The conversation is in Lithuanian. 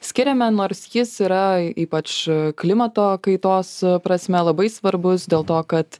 skiriame nors jis yra ypač klimato kaitos prasme labai svarbus dėl to kad